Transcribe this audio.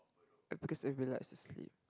because everybody likes to sleep